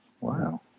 Wow